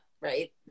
right